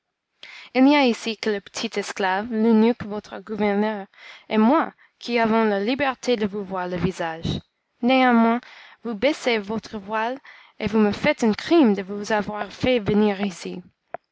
il n'y a ici que le petit esclave l'eunuque votre gouverneur et moi qui avons la liberté de vous voir le visage néanmoins vous baissez votre voile et vous me faites un crime de vous avoir fait venir ici